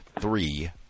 three